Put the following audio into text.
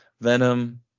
Venom